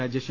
Rajesh